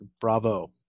bravo